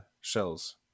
shells